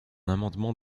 amendement